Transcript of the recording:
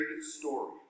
story